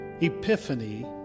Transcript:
Epiphany